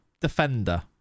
defender